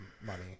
money